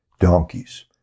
donkeys